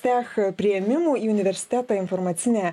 tech priėmimų į universitetą informacinę